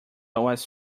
was